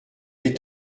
est